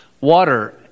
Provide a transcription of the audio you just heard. water